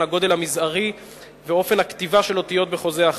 הגודל המזערי ואופן הכתיבה של אותיות בחוזה אחיד.